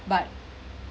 but